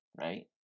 right